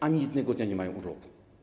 Ani jednego dnia nie mają urlopu.